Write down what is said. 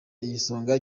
igisonga